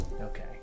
Okay